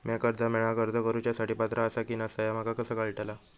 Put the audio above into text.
म्या कर्जा मेळाक अर्ज करुच्या साठी पात्र आसा की नसा ह्या माका कसा कळतल?